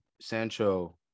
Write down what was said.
sancho